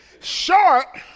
short